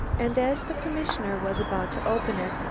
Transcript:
and as the commissioner was about to open it,